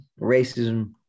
racism